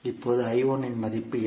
இப்போது இன் மதிப்பு என்ன